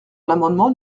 l’amendement